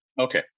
okay